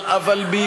אבל מדברים עליו.